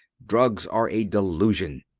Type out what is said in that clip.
drugs are a delusion.